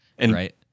right